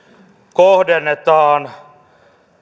kohdennetaan